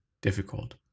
difficult